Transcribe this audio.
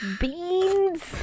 Beans